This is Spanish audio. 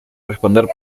responder